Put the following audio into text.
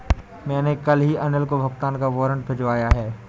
मैंने कल ही अनिल को भुगतान का वारंट भिजवाया है